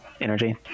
energy